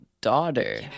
daughter